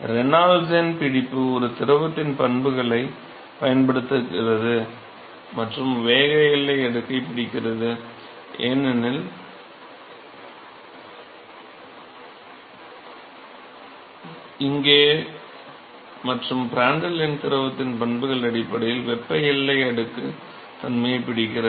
Reynolds எண் பிடிப்பு ஒரு திரவத்தின் பண்புகளைப் பயன்படுத்துகிறது மற்றும் வேக எல்லை அடுக்கைப் பிடிக்கிறது ஏனெனில் இங்கே மற்றும் பிராண்டல் எண் திரவத்தின் பண்புகளின் அடிப்படையில் வெப்ப எல்லை அடுக்கு தன்மையைப் பிடிக்கிறது